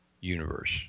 universe